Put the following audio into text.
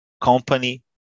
company